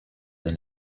they